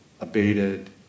abated